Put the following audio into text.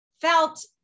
felt